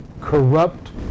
corrupt